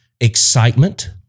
excitement